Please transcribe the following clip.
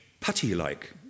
putty-like